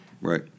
right